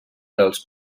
dels